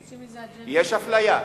יש אפליה,